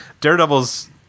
Daredevil's